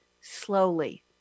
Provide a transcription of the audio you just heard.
slowly